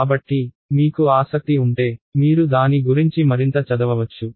కాబట్టి మీకు ఆసక్తి ఉంటే మీరు దాని గురించి మరింత చదవవచ్చు